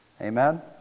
Amen